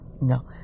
no